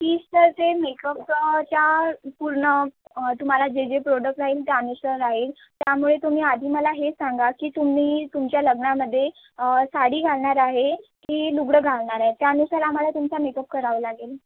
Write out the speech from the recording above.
fees तर ते मेकपचंच्या पूर्ण तुम्हाला जे जे प्रोडक्ट राहील त्यानुसार आहे त्यामुळे तुम्ही आधी मला हे सांगा की तुम्ही तुमच्या लग्नामध्ये साडी घालणार आहे की लुगडं घालणार आहे त्यानुसार आम्हाला तुमचा मेकप करावं लागेल